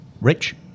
rich